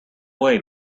away